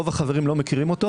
רוב החברים לא מכירים אותו